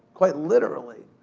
quite literally.